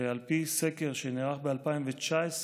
ועל פי סקר שנערך ב-2019,